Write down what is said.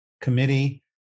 committee